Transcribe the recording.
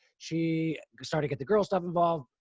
she started get the girl stuff involved